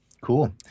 Cool